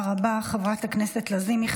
תודה רבה, חברת הכנסת לזימי.